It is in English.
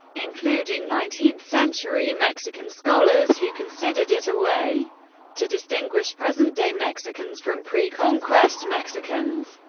including nineteenth century mexican scholars who considered it a way to distinguish present-day mexicans from pre-conquest mexicans.